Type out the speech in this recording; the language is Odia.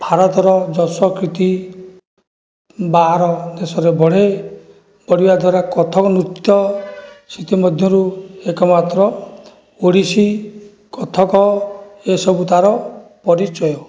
ଭାରତର ଯଶକୀର୍ତ୍ତି ବାହାର ଦେଶରେ ବଢ଼େ ବଢ଼ିବା ଦ୍ଵାରା କଥକ ନୃତ୍ୟ ସେଥିମଧ୍ୟରୁ ଏକମାତ୍ର ଓଡ଼ିଶୀ କଥକ ଏସବୁ ତାର ପରିଚୟ